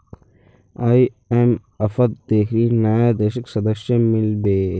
आईएमएफत देखनी नया देशक सदस्यता मिल बे